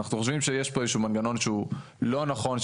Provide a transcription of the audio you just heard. אנחנו חושבים שיש פה איזשהו מנגנון שהוא לא נכון,